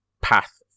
path